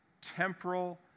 temporal